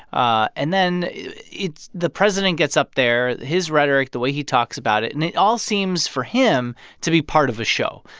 ah and then the president gets up there. his rhetoric, the way he talks about it and it all seems for him to be part of a show.